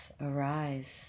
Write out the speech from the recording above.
arise